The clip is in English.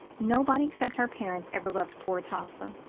nobody except her parents ever loved poor atossa,